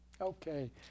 Okay